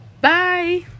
bye